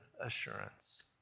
Assurance